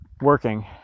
working